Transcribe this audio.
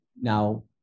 now